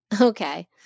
Okay